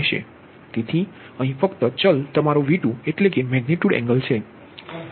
તેથી અહીં ફક્ત ચલ તમારો V2 એટલે કે મેગનીટયુડ એંગલ છે